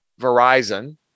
Verizon